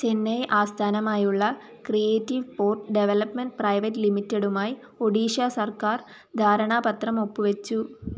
ചെന്നൈ ആസ്ഥാനമായുള്ള creative pot development private ലിമിറ്റഡുമായി ഒഡീഷ സര്ക്കാര് ധാരണാപത്രം ഒപ്പു വച്ചു